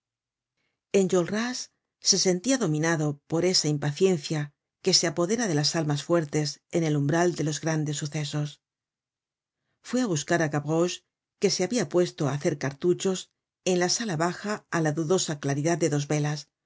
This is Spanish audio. enjolras se sentia dominado por esa impaciencia que se apodera de las almas fuertes en el umbral de los grandes sucesos fué á buscar á gavroche que se habia puesto á hacer cariuchos en la sala baja á la dudosa claridad de dos velas